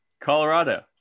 Colorado